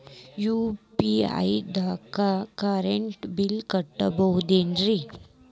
UPI ದಾಗ current bill ಕಟ್ಟಬಹುದೇನ್ರಿ?